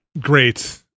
Great